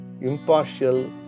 impartial